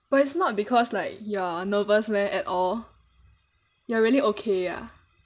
but it's not because like you're nervous meh at all you're really okay ah